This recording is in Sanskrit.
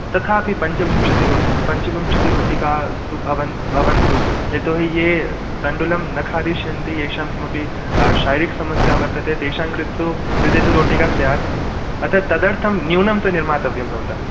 तथापि पञ्चविंशति रोटि पञ्चविंशति रोटिकाः तु भवन्तु यतो हि ये तण्डुलं न खादिष्यन्ति तेषां किमपि शारीरिक् समस्या वर्तते तेषां कृत् तु कृते तु रोटिका स्यात् अत तदर्थं न्यूनं निर्मातव्यं भवता